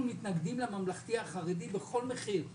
אנחנו מתנגדים למלכתי-החרדי בכל מחיר,